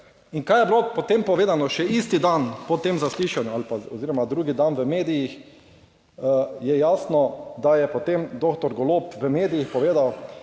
in kaj je bilo potem povedano še isti dan po tem zaslišanju ali pa oziroma drugi dan v medijih, je jasno, da je potem doktor Golob v medijih povedal: